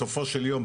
בסופו של יום,